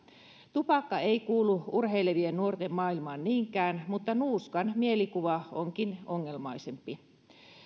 tupakka ei kuulu urheilevien nuorten maailmaan niinkään mutta nuuskan mielikuva onkin ongelmaisempi